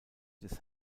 des